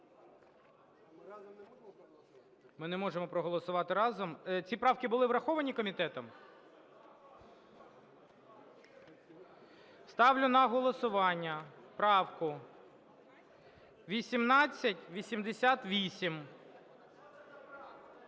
Ми не можемо проголосувати разом. Ці правки були враховані комітетом? Ставлю на голосування правку 1888.